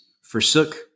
forsook